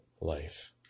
life